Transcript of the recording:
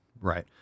Right